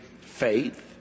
faith